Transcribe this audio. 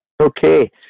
Okay